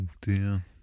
dear